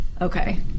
Okay